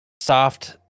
soft